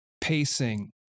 pacing